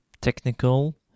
technical